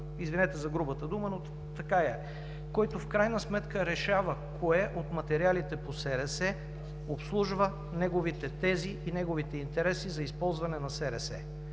извинете за грубата дума, но така е, който в крайна сметка решава кое от материалите по СРС обслужва неговите тези и неговите интереси за използване на СРС.